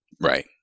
Right